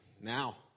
now